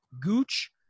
Gooch